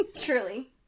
Truly